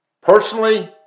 Personally